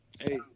Hey